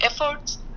efforts